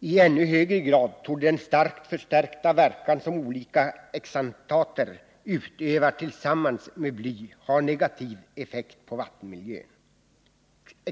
I ännu högre grad torde den starkt förstärkta verkan som olika xantater utövar tillsammans med bly ha negativ effekt på vattenmiljön.